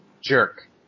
jerk